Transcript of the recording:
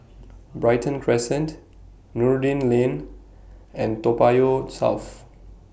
Brighton Crescent Noordin Lane and Toa Payoh South